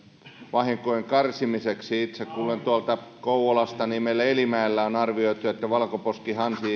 vahinkojen karsimiseksi itse olen tuolta kouvolasta ja meillä elimäellä on arvioitu että kun valkoposkihanhien